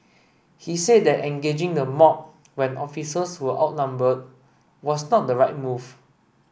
he said that engaging the mob when officers were outnumbered was not the right move